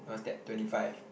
no is that twenty five